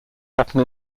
happen